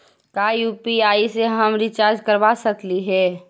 का यु.पी.आई से हम रिचार्ज करवा सकली हे?